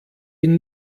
ihn